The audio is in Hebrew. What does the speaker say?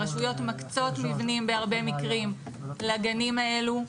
הרשויות מקצות מבנים בהרבה מקרים לגנים האלו.